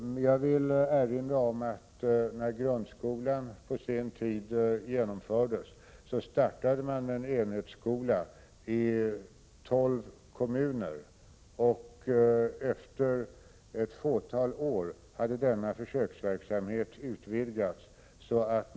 Jag vill erinra om att när grundskolan på sin tid genomfördes, startade man med en enhetsskola i tolv kommuner. Efter ett fåtal år hade denna försöksverksamhet utvidgats.